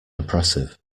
oppressive